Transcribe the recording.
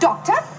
Doctor